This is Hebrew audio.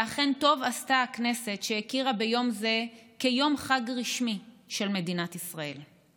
ואכן טוב עשתה הכנסת שהכירה ביום זה כיום חג רשמי של מדינת ישראל.